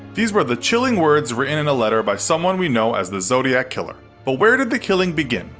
these were the chilling words written in a letter by someone we know as the zodiac killer. but where did the killing begin?